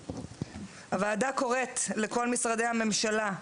הוועדה קוראת לכל משרדי הממשלה,